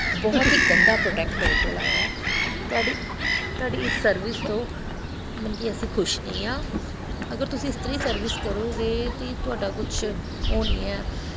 ਬਹੁਤ ਹੀ ਗੰਦਾ ਪ੍ਰੋਡਕਟ ਮੇਰੇ ਕੋਲ ਆਇਆ ਤੁਹਾਡੀ ਤੁਹਾਡੀ ਇਸ ਸਰਵਿਸ ਤੋਂ ਮਤਲਬ ਕਿ ਅਸੀਂ ਖੁਸ਼ ਨਹੀਂ ਹਾਂ ਅਗਰ ਤੁਸੀਂ ਇਸ ਤਰਾਂ ਹੀ ਸਰਵਿਸ ਕਰੋਗੇ ਤਾਂ ਤੁਹਾਡਾ ਕੁਛ ਉਹ ਨਹੀਂ ਹੈ